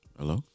Hello